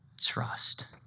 Trust